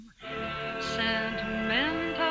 Sentimental